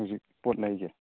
ꯍꯧꯖꯤꯛ ꯄꯣꯠ ꯂꯩꯒꯦ